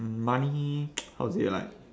money how to say like